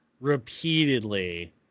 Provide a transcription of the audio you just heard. repeatedly